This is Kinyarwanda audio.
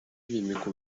bimika